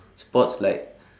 sports like